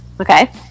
okay